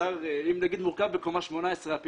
מורכב בקומה 18 או